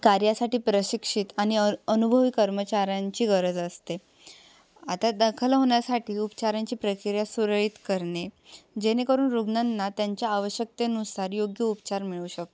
कार्यासाठी प्रशिक्षित आणि अ अनुभवी कर्मचाऱ्यांची गरज असते आता दखल होण्यासाठी उपचारांची प्रक्रिया सुरळीत करणे जेणेकरून रुग्णांना त्यांच्या आवश्यकतेनुसार योग्य उपचार मिळू शकतो